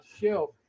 shelf